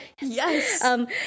Yes